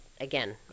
again